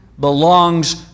Belongs